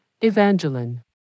Evangeline